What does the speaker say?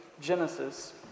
Genesis